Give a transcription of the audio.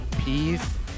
Peace